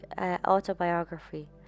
autobiography